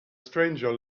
stranger